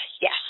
Yes